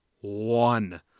one